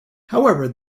however